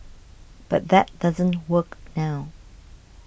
but that doesn't work now